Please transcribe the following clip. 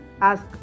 ask